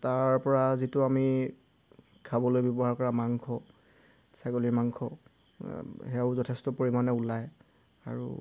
তাৰপৰা যিটো আমি খাবলৈ ব্যৱহাৰ কৰা মাংস ছাগলীৰ মাংস সেয়াও যথেষ্ট পৰিমাণে ওলায় আৰু